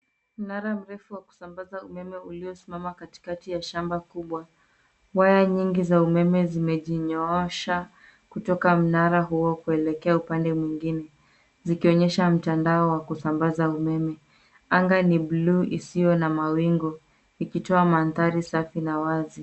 Mnara mrefu wa kusambaza umeme uliosimama katikati ya shamba kubwa. Waya nyingi za umeme zimejinyoosha kutoka mnara huo kuelekea upande mwingine, zikionyesha mtandao wa kusambaza umeme. Anga ni buluu, isiyo na mawingu, ikitoa mandhari safi na wazi.